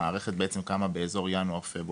המערכת קמה באזור ינואר-פברואר.